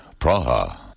Praha